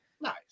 Nice